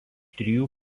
trijų